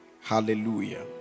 Hallelujah